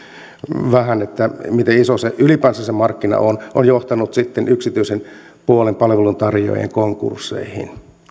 vähän miten iso ylipäänsä se markkina on ja on johtanut sitten yksityisen puolen palveluntarjoajien konkursseihin